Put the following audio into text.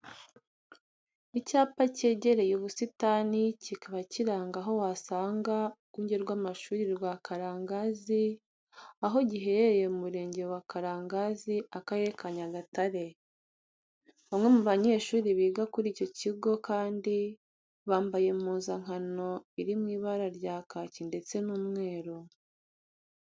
Icyapa cyegereye ubusitani kikaba kiranga aho wasanga urwunge rw'amashuri rwa Karangazi, aho giherereye mu murenge wa Karangazi akarere ka Nyagatare. Bamwe mu banyeshuri biga kuri icyo kigo kandi bambaye impuzankano iri mu ibara rya kaki ndetse n'umweru.